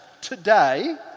today